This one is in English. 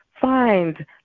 find